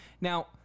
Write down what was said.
Now